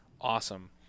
awesome